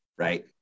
Right